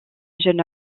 jeune